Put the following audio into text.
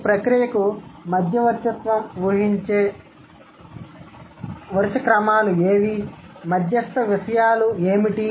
ఈ ప్రక్రియకు మధ్యవర్తిత్వం వహించే వరుస క్రమాలు ఏవి మధ్యస్థ విషయాలు ఏమిటి